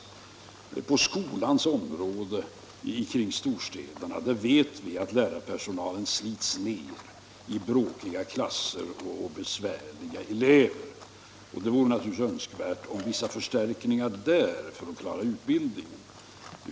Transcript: Vi vet att skolans lärarpersonal i områdena kring storstäderna slits ner av bråkiga klasser och besvärliga elever. Det vore naturligtvis önskvärt med vissa förstärkningar där för | att klara utbildningen.